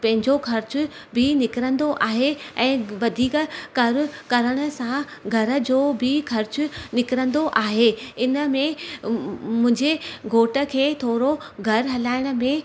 पंहिंजो ख़र्च बि निकिरींदो आहे ऐं वधीक कर करण सां घर जो बि ख़र्च निकिरींदो आहे इनमें मुंजे घोट खे थोरो घर हलाइण में